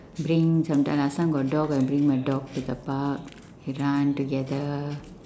bring sometime last time got dog I bring my dog to the park we run together